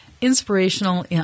Inspirational